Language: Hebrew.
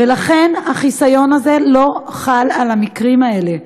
ולכן החיסיון הזה לא חל על המקרים האלה,